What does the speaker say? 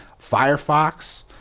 Firefox